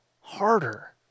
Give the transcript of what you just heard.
harder